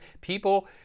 People